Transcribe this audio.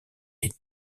est